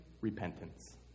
Repentance